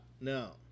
No